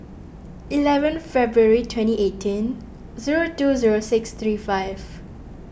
eleven February twenty eighteen zero two zero six three five